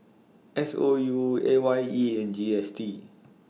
S O U A Y E and G S T